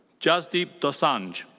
jasdeep dosanjh.